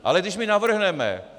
Ale když my navrhneme...